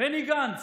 בני גנץ,